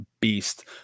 beast